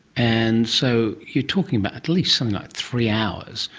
and so you're talking about at least something like three hours,